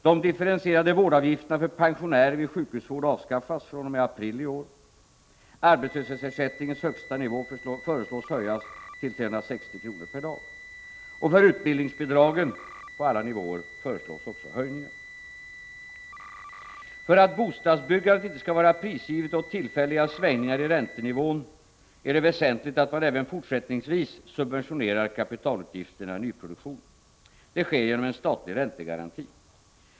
De differentierade vårdavgifterna för pensionärer vid sjukhusvård avskaffas fr.o.m. april i år. Arbetslöshetsersättningens högsta nivå föreslås höjas till 360 kr./dag. För utbildningsbidragen föreslås också höjningar på alla nivåer. För att bostadsbyggandet inte skall vara prisgivet åt tillfälliga svängningar i räntenivån är det väsentligt att man även fortsättningsvis subventionerar kapitalutgifterna i nyproduktionen. Det sker genom en statlig räntegaranti.